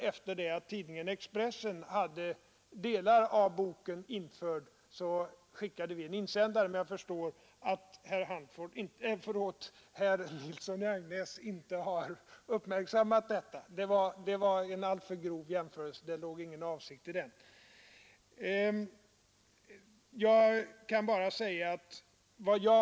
Efter det att tidningen Expressen haft delar av boken införda skickade vi en insändare till tidningen, men jag förstår att herr Nilsson i Agnäs inte har uppmärksammat detta.